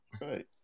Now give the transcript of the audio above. right